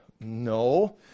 No